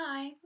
Hi